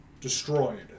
destroyed